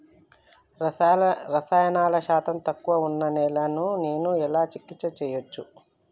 రసాయన శాతం తక్కువ ఉన్న నేలను నేను ఎలా చికిత్స చేయచ్చు?